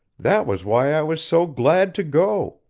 that was why i was so glad to go,